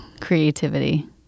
creativity